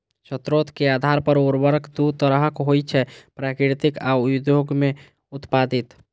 स्रोत के आधार पर उर्वरक दू तरहक होइ छै, प्राकृतिक आ उद्योग मे उत्पादित